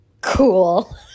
cool